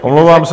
Omlouvám se.